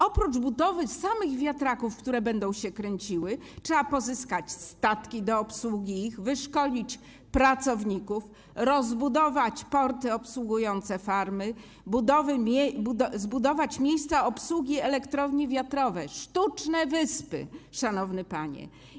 Oprócz budowy samych wiatraków, które będą się kręciły, trzeba pozyskać statki do ich obsługi, wyszkolić pracowników, rozbudować porty obsługujące farmy, zbudować miejsca obsługi elektrowni wiatrowych, sztuczne wyspy, szanowny panie.